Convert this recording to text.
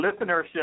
listenership